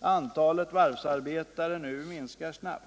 antalet varvsarbetare nu minskar snabbt.